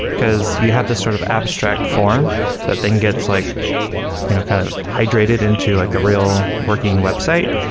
because you have this sort of abstract form that then gets like you know kind of hydrated into like the real working website,